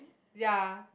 ya